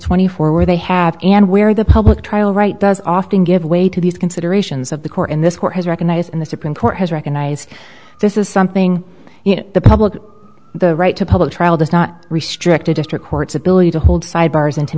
twenty four where they have and where the public trial right does often give way to these considerations of the court in this court has recognized and the supreme court has recognized this is something you know the public the right to public trial does not restrict a district court's ability to hold side bars and to